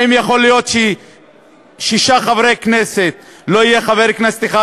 האם יכול להיות שמשישה חברי כנסת לא יהיה חבר כנסת אחד,